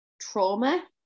trauma